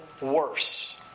worse